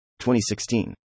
2016